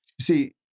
see